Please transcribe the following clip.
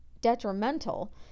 detrimental